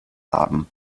haben